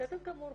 בסדר גמור,